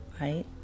Right